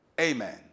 amen